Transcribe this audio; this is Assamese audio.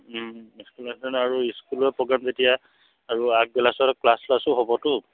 আৰু স্কুলৰ প্ৰগ্ৰেম যেতিয়া আৰু আগবেলাছোৱাত ক্লাছ চ্লাছো হ'বতো